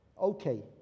Okay